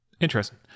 Interesting